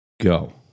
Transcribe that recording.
go